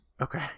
Okay